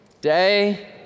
day